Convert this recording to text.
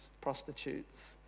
prostitutes